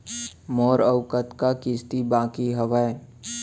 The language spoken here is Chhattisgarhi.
मोर अऊ कतका किसती बाकी हवय?